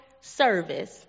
service